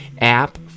app